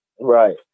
Right